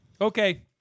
Okay